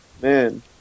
Man